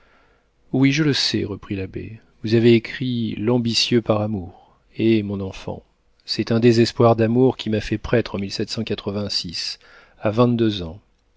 oui je le sais reprit l'abbé vous avez écrit l'ambitieux par amour hé mon enfant c'est un désespoir d'amour qui m'a fait prêtre à vingt-deux ans